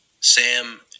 Sam